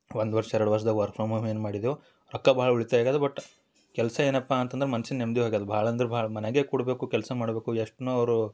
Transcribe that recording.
ಒಂದು ವರ್ಷ ಎರಡು ವರ್ಷ್ದಾಗೆ ವರ್ಕ್ ಫ್ರಮ್ ಹೋಮ್ ಏನು ಮಾಡಿದ್ದೇವೆ ಪಕ್ಕಾ ಭಾಳ ಉಳಿತಾಯ ಆಗ್ಯದೆ ಬಟ್ ಕೆಲಸ ಏನಪ್ಪ ಅಂತಂದ್ರೆ ಮನ್ಸಿನ ನೆಮ್ಮದಿ ಹೋಗಿದ್ ಭಾಳ ಅಂದ್ರೆ ಭಾಳ ಮನೆಗೇ ಕೂರ್ಬೇಕು ಕೆಲಸ ಮಾಡಬೇಕು ಎಷ್ಟನ್ನು ಅವರು